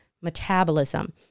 metabolism